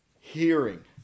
hearing